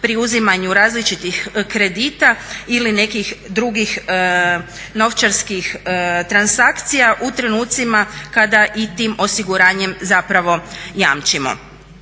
pri uzimanju različitih kredita ili nekih drugih novčarskih transakcija u trenucima kada i tim osiguranjem zapravo jamčimo.